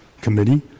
committee